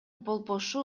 болбошу